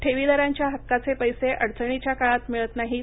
ठेवीदारांच्या हक्काचे पैसे अडचणीच्या काळात मिळत नाहीत